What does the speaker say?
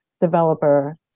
developer